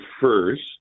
First